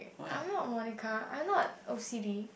I am not Monica I am not O_C_D